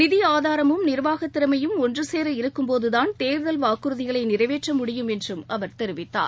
நிதி ஆதாரமும் நிர்வாகத் திறமையும் ஒன்று சேர இருக்கும்போதுதான் தேர்தல் வாக்குறுதிகளை நிறைவேற்ற முடியும் என்றும் அவர் தெரிவித்தார்